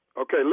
Okay